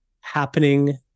happening